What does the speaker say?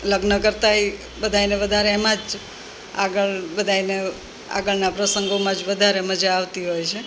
લગ્ન કરતાંય બધાય ને વધારે એમાં જ આગળ બધાય ન આગળના પ્રસંગોમાં જ વધારે મજા આવતી હોય છે